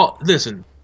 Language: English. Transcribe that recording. listen